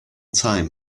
time